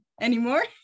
anymore